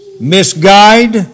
misguide